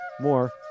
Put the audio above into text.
More